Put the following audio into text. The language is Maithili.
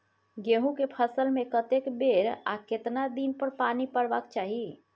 गेहूं के फसल मे कतेक बेर आ केतना दिन पर पानी परबाक चाही?